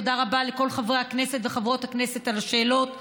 תודה רבה לכל חברי הכנסת וחברות הכנסת על השאלות.